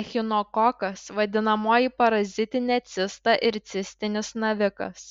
echinokokas vadinamoji parazitinė cista ir cistinis navikas